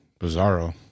Bizarro